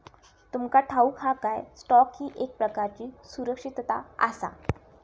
तुमका ठाऊक हा काय, स्टॉक ही एक प्रकारची सुरक्षितता आसा?